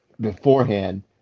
beforehand